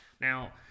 Now